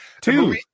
Two